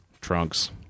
trunks